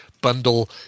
bundle